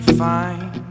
fine